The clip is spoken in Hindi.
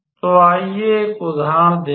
तो आइए एक उदाहरण देखें